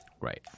Right